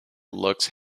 looks